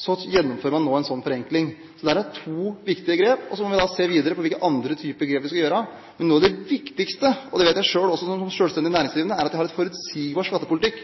gjennomfører man nå en sånn forenkling. Dette er to viktige grep, og så må vi se videre på hvilke andre typer grep vi skal gjøre. Men noe av det viktigste – og det vet jeg selv også som selvstendig næringsdrivende – er at vi har en forutsigbar skattepolitikk.